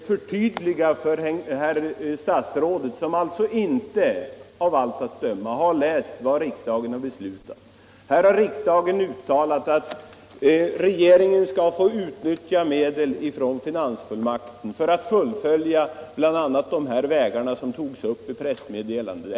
Herr talman! Jag måste återigen förtydliga för herr statsrådet, som av allt att döma inte har läst vad riksdagen beslutat. Riksdagen har uttalat att regeringen skall få utnyttja medel från finansfullmakten för att fullfölja bl.a. vissa av de vägbyggen som togs upp i pressmeddelandet.